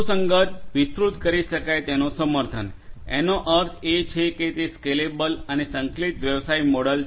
સુસંગત વિસ્તૃત કરી શકાય તેનું સમર્થન એનો અર્થ એ છે કે તે સ્કેલેબલ અને સંકલિત વ્યવસાય મોડેલ છે